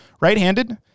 right-handed